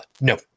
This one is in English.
no